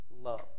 love